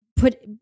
Put